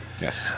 Yes